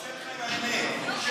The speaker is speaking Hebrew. קשה לך עם האמת.